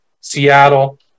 Seattle